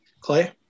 Clay